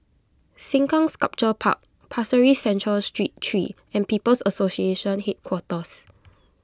Sengkang Sculpture Park Pasir Ris Central Street three and People's Association Headquarters